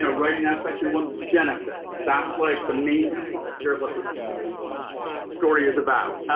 you know writing now section one, genesis. that's like the main cluster of what this story is about.